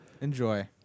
Enjoy